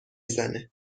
زنه